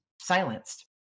silenced